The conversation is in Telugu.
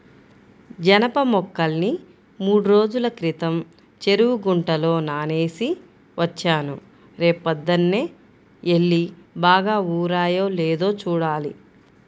జనప మొక్కల్ని మూడ్రోజుల క్రితం చెరువు గుంటలో నానేసి వచ్చాను, రేపొద్దన్నే యెల్లి బాగా ఊరాయో లేదో చూడాలి